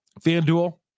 FanDuel